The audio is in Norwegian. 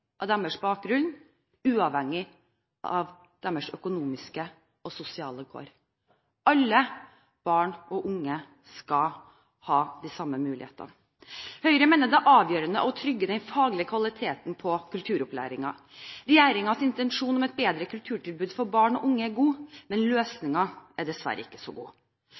av deres bakgrunn og uavhengig av deres økonomiske og sosiale kår. Alle barn og unge skal ha de samme mulighetene. Høyre mener det er avgjørende å trygge den faglige kvaliteten på kulturopplæringen. Regjeringens intensjon om et bedre kulturtilbud for barn og unge er god, men løsningen er dessverre ikke så god.